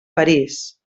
parís